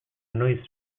noiz